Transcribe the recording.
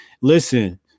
listen